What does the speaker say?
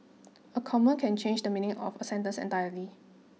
a comma can change the meaning of a sentence entirely